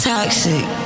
Toxic